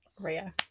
Rio